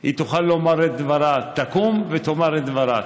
היא תוכל לומר את דברה, תקום ותאמר את דברה.